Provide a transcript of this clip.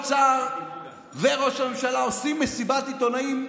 שר האוצר וראש הממשלה עושים מסיבת עיתונאים משונה,